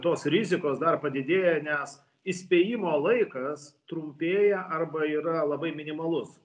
tos rizikos dar padidėja nes įspėjimo laikas trumpėja arba yra labai minimalus